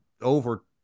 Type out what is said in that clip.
over